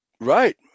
Right